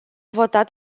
votat